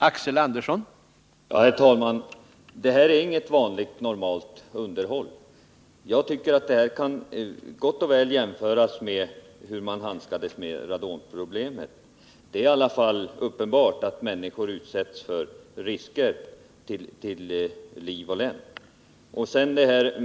Herr talman! Men det här är inget vanligt, normalt underhåll. Jag tycker att man gott och väl kan jämföra detta problem med det som uppstått genom radonet. Det är i alla fall uppenbart att människor utsätts för risker för att skadas till liv och lem.